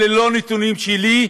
אלה לא נתונים שלי,